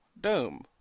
dome